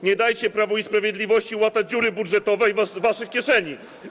Nie dajcie Prawu i Sprawiedliwości łatać dziury budżetowej z waszych kieszeni.